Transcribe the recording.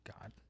God